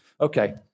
Okay